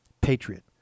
Patriot